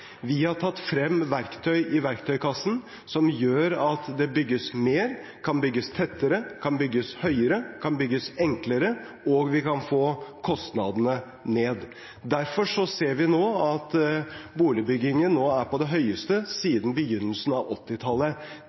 Vi har tatt frem verktøy i verktøykassen som gjør at det bygges mer, kan bygges tettere, kan bygges høyere, kan bygges enklere, og vi kan få kostnadene ned. Derfor ser vi at boligbyggingen nå er på det høyeste siden begynnelsen av